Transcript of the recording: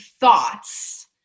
thoughts